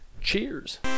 cheers